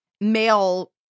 male